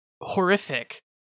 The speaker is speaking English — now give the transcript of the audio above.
horrific